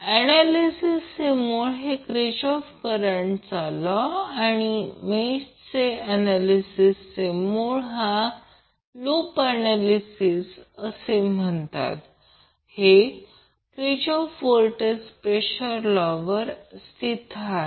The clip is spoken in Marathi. ऍनॅलिसिसचे मूळ हे क्रिचॉफ्फ करंटचा लॉ आणि मेषचे ऍनॅलिसिसचे मूळ याला लूप ऍनॅलिसिस असे म्हणतात हे क्रिचॉफ्फ व्होल्टेज प्रेषर लॉ यावर स्थित आहे